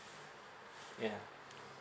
ya